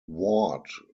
ward